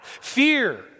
fear